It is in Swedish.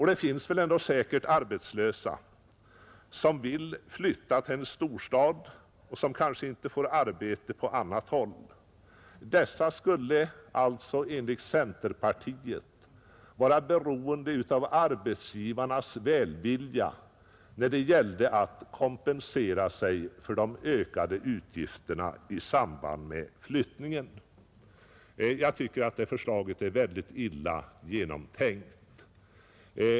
Det finns säkert arbetslösa som vill flytta till en storstad och som kanske inte kan få något arbete på annat håll. Dessa människor skulle alltså enligt centerpartiet vara beroende av arbetsgivarnas välvilja när det gäller kompensation för de ökade utgifterna i samband med flyttningen. Jag tycker att det förslaget är mycket illa genomtänkt.